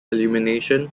illumination